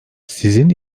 sizin